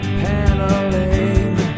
paneling